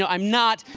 so i'm not.